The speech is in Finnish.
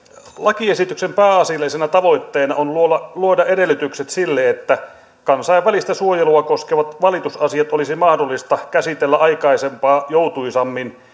lakiesityksen pääasiallisena tavoitteena on luoda luoda edellytykset sille että kansainvälistä suojelua koskevat valitusasiat olisi mahdollista käsitellä aikaisempaa joutuisammin